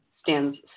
stands